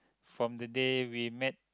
from the day we met